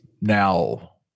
now